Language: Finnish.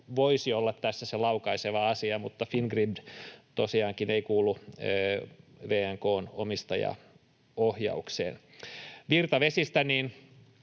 voisi olla tässä se laukaiseva asia, mutta Fingrid tosiaankaan ei kuulu VNK:n omistajaohjaukseen. Virtavesistä: